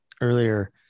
earlier